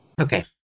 okay